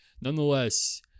nonetheless